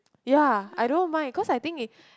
ya I don't mind cause I think it